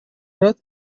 рад